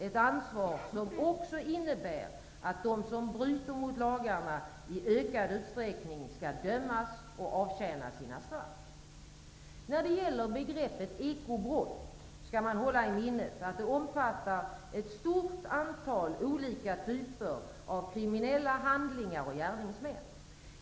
Ett ansvar som också innebär att de som bryter mot lagarna i ökad utsträckning skall dömas och avtjäna sina straff. När det gäller begreppet ekobrott, skall man hålla i minnet att det omfattar ett stort antal olika typer av kriminella handlingar och gärningsmäm.